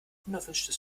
unerwünschtes